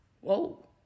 Whoa